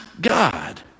God